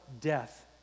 death